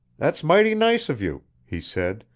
that's mighty nice of you, he said,